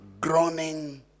groaning